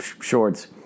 shorts